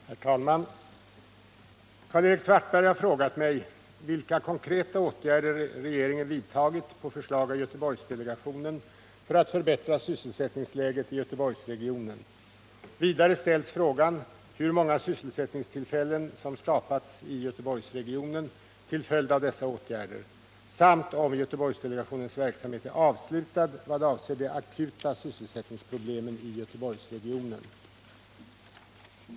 Herr talman! Karl-Erik Svartberg har frågat mig vilka konkreta åtgärder regeringen vidtagit på förslag av Göteborgsdelegationen för att förbättra sysselsättningsläget i Göteborgsregionen. Vidare ställs frågan hur många sysselsättningstillfällen som skapats i Göteborgsregionen till följd av dessa åtgärder samt om Göteborgsdelegationens verksamhet är avslutad vad avser de akuta sysselsättningsproblemen i Göteborgsregionen.